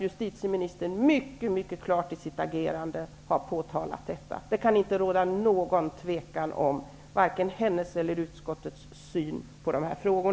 Justitieministern har också mycket klart uttalat detta. Det kan inte råda något tvivel om vare sig hennes eller utskottets syn på dessa frågor.